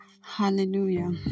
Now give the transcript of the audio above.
hallelujah